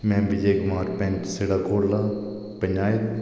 में विजय कुमार पंच सीढ़ा कोटला पंचायत